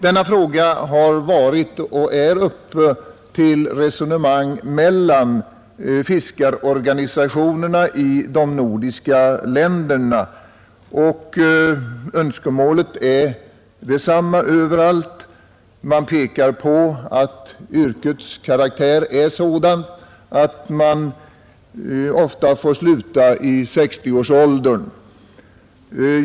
Denna fråga har varit uppe och är uppe till resonemang mellan fiskarorganisationerna i de nordiska länderna, och önskemålet är detsam ma överallt. Det pekas på att yrkets karaktär är sådan, att man ofta får sluta i 60-årsåldern.